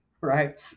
right